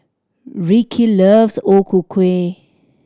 Ricky loves O Ku Kueh